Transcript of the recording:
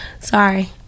Sorry